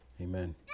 Amen